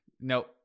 Nope